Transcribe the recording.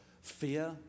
fear